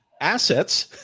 assets